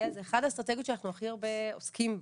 זה אחת האסטרטגיות שאנחנו הכי הרבה עוסקים בה,